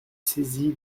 saisi